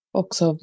också